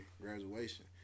graduation